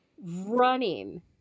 running